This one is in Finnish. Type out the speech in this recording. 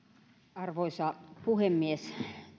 arvoisa puhemies